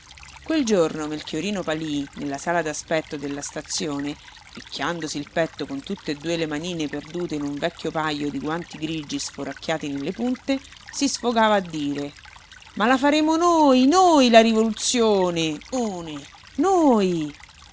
quel giorno melchiorino palí nella sala d'aspetto della stazione picchiandosi il petto con tutte e due le manine perdute in un vecchio pajo di guanti grigi sforacchiati nelle punte si sfogava a dire ma la faremo noi noi la rivoluzione one noi